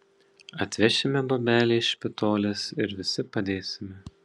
atvešime bobelę iš špitolės ir visi padėsime